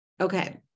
Okay